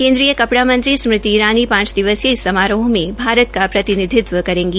केन्द्रीय कपड़ा मंत्री स्मृति ईरानी पांच दिवसीय इस समारोह में भारत का प्रतिनिधित्व करेगी